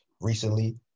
recently